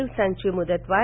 दिवसांची मुदतवाढ